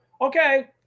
okay